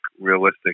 realistic